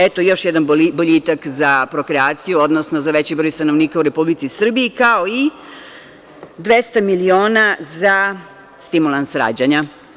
Eto, još jedan boljitak za prokreaciju, odnosno za veći broj stanovnika u Republici Srbiji, kao i 200 miliona za stimulans rađanja.